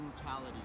brutality